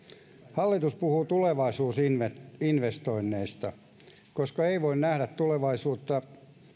hallitus puhuu tulevaisuusinvestoinneista koska ei voi nähdä tulevaisuutta